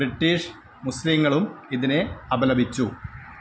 British മുസ്ലീങ്ങളും ഇതിനെ അപലപിച്ചു